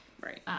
right